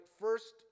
first